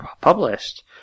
published